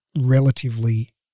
Relatively